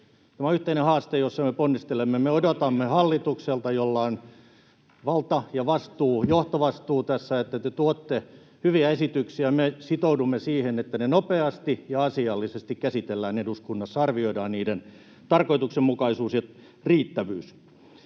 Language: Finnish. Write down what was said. Tämä on yhteinen haaste, jossa me ponnistelemme. Me odotamme hallitukselta, jolla on valta ja vastuu, johtovastuu tässä, että te tuotte hyviä esityksiä, ja me sitoudumme siihen, että ne nopeasti ja asiallisesti käsitellään eduskunnassa, arvioidaan niiden tarkoituksenmukaisuus ja riittävyys.